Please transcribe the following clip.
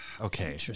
Okay